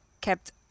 kept